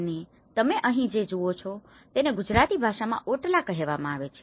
અને તમે અહીં જે જુઓ છો તેને ગુજરાતી ભાષામાં ઓટલા કહેવામાં આવે છે